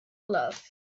love